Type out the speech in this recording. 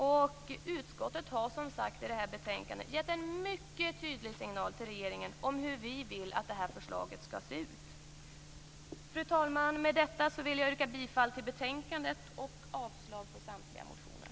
Vi i utskottet har, som sagt, i detta betänkande gett en mycket tydlig signal till regeringen om hur vi vill att detta förslag skall se ut. Fru talman! Med det anförda vill jag yrka bifall till hemställan i betänkandet och avslag på samtliga motioner.